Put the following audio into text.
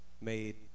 Made